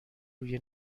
روی